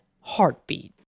heartbeat